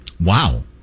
Wow